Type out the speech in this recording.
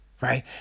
Right